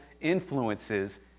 influences